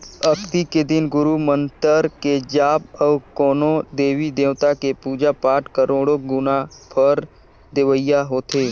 अक्ती के दिन गुरू मंतर के जाप अउ कोनो देवी देवता के पुजा पाठ करोड़ो गुना फर देवइया होथे